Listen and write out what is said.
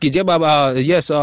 Yes